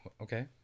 Okay